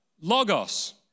Logos